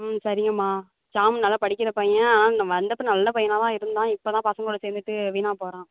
ம் சரிங்க அம்மா ஷாம் நல்லா படிக்கிற பையன் ஆனால் இங்கே வந்தப்போ நல்ல பையனாக தான் இருந்தான் இப்போதான் பசங்களோட சேர்ந்துட்டு வீணாப்போகறான்